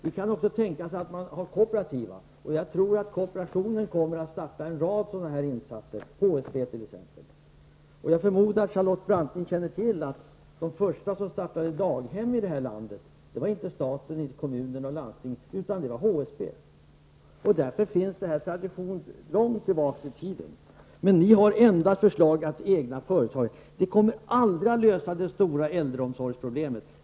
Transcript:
Vi kan också tänka oss kooperativa driftsformer, och jag tror att kooperationen kommer att starta en rad sådana insatser, HSB t.ex. Jag förmodar att Charlotte Branting känner till att de första som startade daghem här i landet var inte staten och inte kommuner eller landsting, utan det var HSB. Så det finns en tradition långt tillbaka i tiden. Men ni har som enda förslag att egna företagare skall ta över. Det kommer aldrig att lösa det stora äldreomsorgsproblemet.